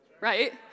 right